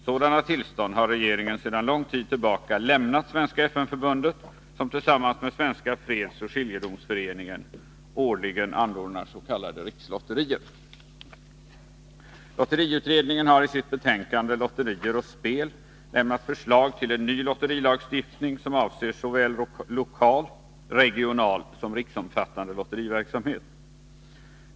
Sådana tillstånd har regeringen sedan lång tid tillbaka lämnat Svenska FN-förbundet, som tillsammans med Svenska fredsoch skiljedomsföreningen årligen anordnar s.k. rikslotterier. Lotteriutredningen har i sitt betänkande Lotterier och spel lämnat förslag till en ny lotterilagstiftning, som avser såväl lokal och regional som riksomfattande lotteriverksamhet.